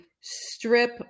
strip